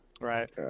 right